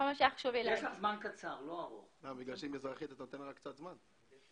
שיקולים משקיים, שזה גם לגבי שוק המלט וגם